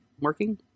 working